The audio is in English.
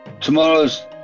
tomorrow's